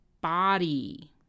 body